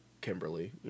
Kimberly